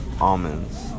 almonds